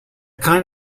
kind